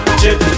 chip